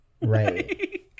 Right